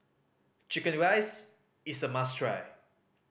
chicken rice is a must try